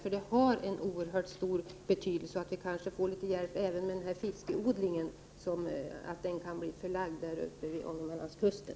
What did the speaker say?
Det skulle vara av oerhört stor betydelse, och det vore också bra, om fiskodlingen kunde förläggas till Ångermanlandskusten.